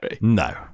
No